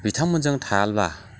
बिथांमोनजों थायाब्ला